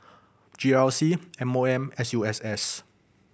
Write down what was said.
G R C M O M and S U S S